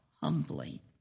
humbly